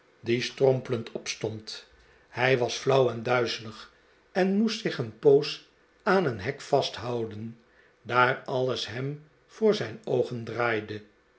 die strompelend opstond hij was flauw en duizelig en moest zich een poos aan een hek vasthouden daar alles hem voor zijn oogen draaide